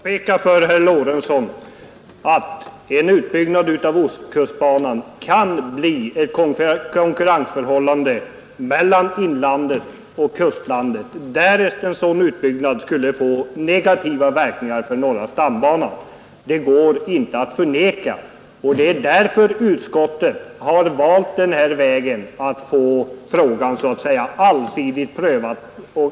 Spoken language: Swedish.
Herr talman! Låt mig påpeka, herr Lorentzon, att en utbyggnad av ostkustbanan kan skapa ett konkurrensförhållande mellan inlandet och kustlandet därest en sådan utbyggnad skulle få negativa verkningar för norra stambanan. Det går inte att förneka. Det är därför som utskottet har valt att så att säga få frågan allsidigt prövad.